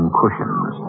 cushions